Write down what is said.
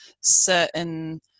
certain